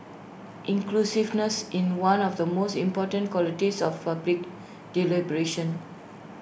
inclusiveness in one of the most important qualities of public deliberation